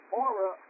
aura